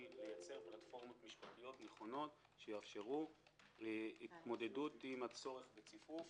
היא לייצר פלטפורמות משפטיות נכונות שיאפשרו התמודדות עם הצורך בציפוף,